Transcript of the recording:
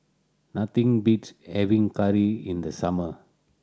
nothing beats having curry in the summer